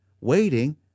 Waiting